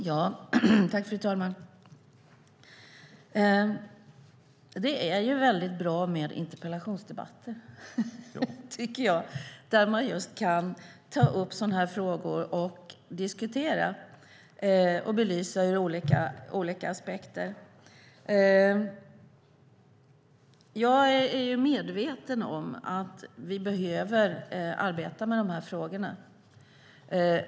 Fru talman! Det är väldigt bra med interpellationsdebatter där man kan ta upp sådana här frågor och diskutera och belysa dem ur olika aspekter. Jag är medveten om att vi behöver arbeta med de här frågorna.